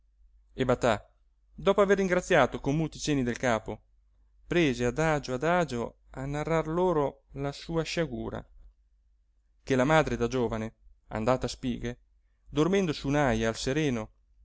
e batà dopo aver ringraziato con muti cenni del capo prese adagio adagio a narrar loro la sua sciagura che la madre da giovane andata a spighe dormendo su un'aja al sereno